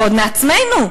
ועוד מעצמנו,